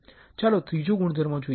ચાલો ત્રીજો ગૂણધર્મ જોઈએ